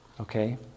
okay